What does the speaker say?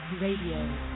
Radio